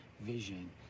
vision